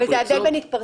זו עבירת ההתפרצות.